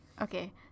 Okay